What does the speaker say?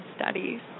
studies